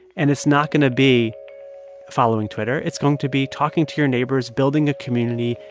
and it's not going to be following twitter. it's going to be talking to your neighbors, building a community,